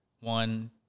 One